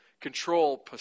control